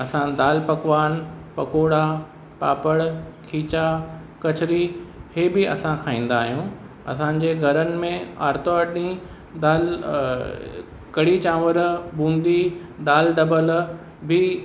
असां दालि पकवान पकोड़ा पापड़ खीचा कचरी हे बि असां खाईंदा आहियूं असांजे घरनि में आर्तवारु ॾींहुं दालि कढ़ी चांवर बूंदी दाल डबल बि